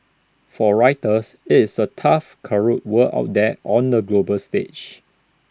for writers IT is A tough cutthroat world out there on the global stage